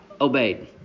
obeyed